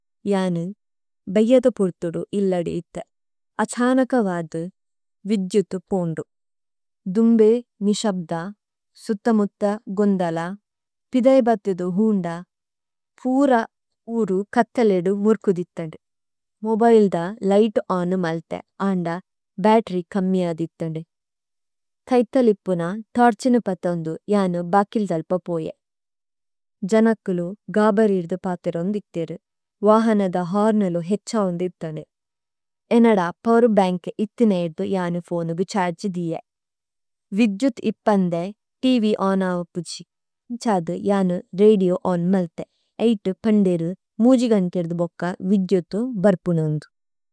യനു ബൈയദ പൊര്തുഡു ഇല്ലഡെയിത്തെ, അചാണകവാദു വിജ്യുത്തു പോംഡു। ദുംബെ നിഷബ്ദാ, സുത്തമുത്ത ഗൊംഡലാ, ഫിദേബത്തിദു ഹൂണ്ഡാ, ഫൂര ഊരു കത്തലേഡു മുര്കുദിത്താഡു। മൊബായല്ദ ലിട് ആനുമല്തെ, ആണ്ഡ ബേട്രി കമ്യാദിദ്ധരു। കൈത്തല് ഇപ്പുന ടാര്ചനു പത്തവുംദു, യാനു ബാകില്ദല്പ പൊയ। ജനക്കുളു ഗാബരിദ്ദ പാതരോംഗിത്തേരു, വാഹനദ ഹാര്നലു ഹെച്ചാവുംദിദ്ധരു। എനഡാ പാവരു ബേംക ഇത്തനെയിദ്ദു യാനു ഫോനുഗു ചാര്ജിദ്ദിയെ। വിദ്യൂത് ഇപ്പംദേ ടിവി ഓന്നാവു പുഝി। നിംചാദു യാനു രേഡിഓ ഓന്നു മല്തെ। എട്ട് പംഡേരു മൂന്ന് ഗാംടെഡു ബൊക്ക വിദ്യൂത് ബര്പുനുംദു।